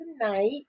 tonight